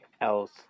else